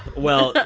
well,